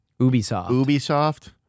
Ubisoft